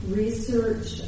research